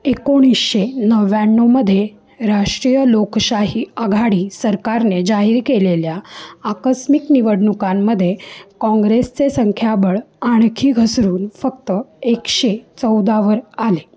एकोणीशे नव्याण्णवमध्ये राष्ट्रीय लोकशाही आघाडी सरकारने जाहिर केलेल्या आकस्मिक निवडणुकांमध्ये काँग्रेसचे संख्याबळ आणखी घसरून फक्त एकशे चौदावर आले